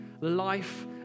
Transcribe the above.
life